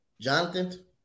Jonathan